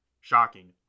Shocking